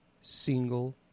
single